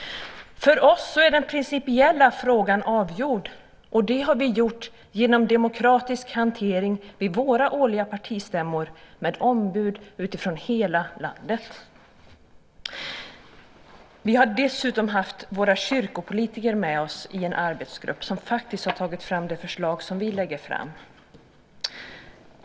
För oss är den principiella frågan avgjord, och det beslutet har vi fattat genom demokratisk hantering vid våra årliga partistämmor med ombud från hela landet. Vi har dessutom haft våra kyrkopolitiker med oss i en arbetsgrupp som faktiskt har tagit fram det förslag som vi lägger fram.